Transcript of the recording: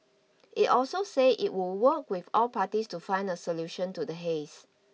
it also said it would work with all parties to find a solution to the haze